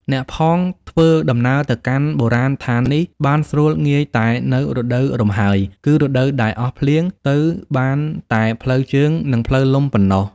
អ្នកផងធ្វើដំណើរទៅកាន់ បុរាណដ្ឋាននេះ បានស្រួលងាយតែនៅរដូវរំហើយ គឺរដូវដែលអស់ភ្លៀង ទៅបានតែផ្លូវជើង និងផ្លូវលំប៉ុណ្ណោះ។